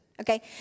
okay